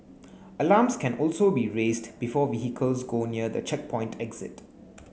alarms can also be raised before vehicles go near the checkpoint exit